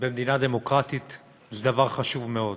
במדינה דמוקרטית זה דבר חשוב מאוד,